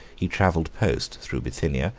he travelled post through bithynia,